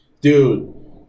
Dude